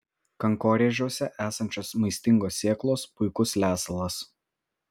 kankorėžiuose esančios maistingos sėklos puikus lesalas